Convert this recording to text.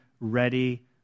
ready